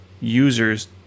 users